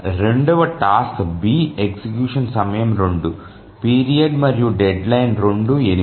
రెండవ task B execution సమయం 2 period మరియు డెడ్లైన్ రెండూ 8